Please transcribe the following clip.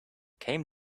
came